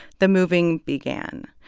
the moving began.